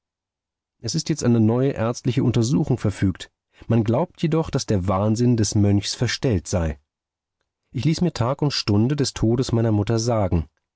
es ist jetzt eine neue ärztliche untersuchung verfügt man glaubt jedoch daß der wahnsinn des mönchs verstellt sei ich ließ mir tag und stunde des todes meiner mutter sagen